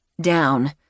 Down